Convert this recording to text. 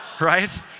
right